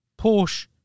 Porsche